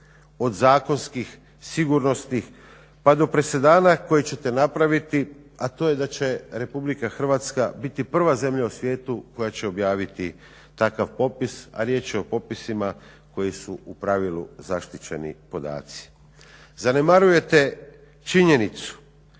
od zakonskih, sigurnosnih, pa do presedana koje ćete napraviti, a to je da će RH biti prva zemlja u svijetu koja će objaviti takav popis, a riječ je o popisima koji su u pravilu zaštićeni podaci. Zanemarujete činjenicu